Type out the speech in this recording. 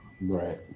Right